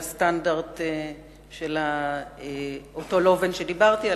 הסטנדרט של אותו לובן שדיברתי עליו,